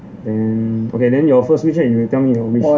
then okay then your first wish eh you tell me your wish